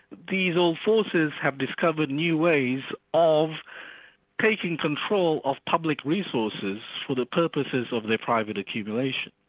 these old forces have discovered new ways of taking control of public resources for the purposes of their private accumulation.